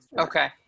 Okay